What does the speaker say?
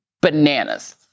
bananas